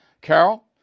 Carol